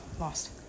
Lost